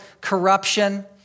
corruption